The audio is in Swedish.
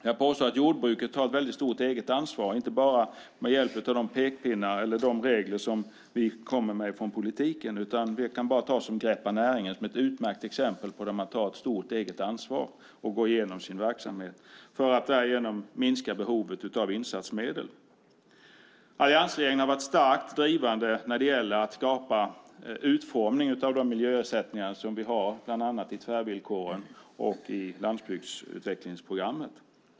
Jag påstår att jordbruket har stor eget ansvar, inte bara med hjälp av de pekpinnar eller de regler som vi kommer med från politiken. Jag kan ta Greppa näringen som ett utmärkt exempel på där man tar ett stort eget ansvar och går igenom sin verksamhet för att därigenom minska behovet av insatsmedel. Alliansregeringen har varit starkt drivande när det gäller att skapa utformningen av de miljöersättningar som vi har i bland annat tvärvillkoren och landsbygdsutvecklingsprogrammet.